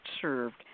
served